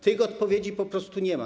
Tych odpowiedzi po prostu nie ma.